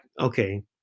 Okay